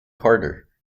carter